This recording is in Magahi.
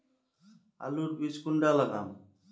आलूर बीज कुंडा लगाम?